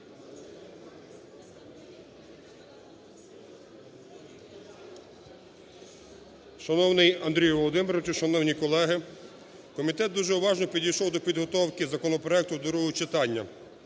Шановний Андрій Володимирович, шановні колеги. Комітет дуже уважно підійшов до підготовки законопроекту до другого читання.